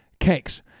Cakes